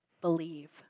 Believe